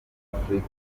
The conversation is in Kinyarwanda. afurika